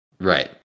right